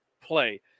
play